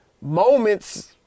moments